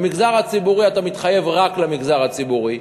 במגזר הציבורי אתה מתחייב רק למגזר הציבורי,